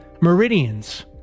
meridians